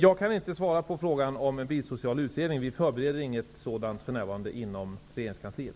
Jag kan inte svara på frågan om en bilsocial utredning. För närvarande förebereder vi inte någon sådan inom regeringskansliet.